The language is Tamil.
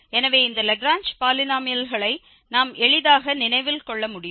எனவே இந்த லாக்ரேஞ்ச் பாலினோமியல்களை நாம் எளிதாக நினைவில் கொள்ள முடியும்